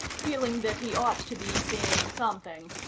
feeling that he ought to be saying something.